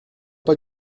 pas